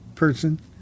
person